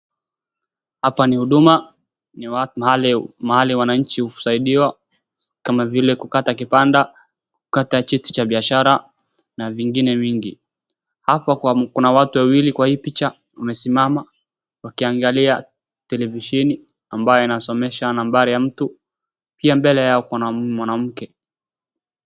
Hapa ni huduma. Ni mahali wananchi husaidiwa kama vile kukata kipanda, kukata cheti cha biashara ama vingine mingi. Hapa kuna watu wawili kwa hii picha wamesimama wakiangalia televisheni amabayo inayosomesha namba ya mtu. Pia mbele kuna mwanamke.